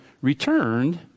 returned